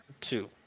two